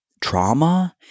trauma